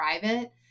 private